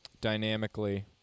dynamically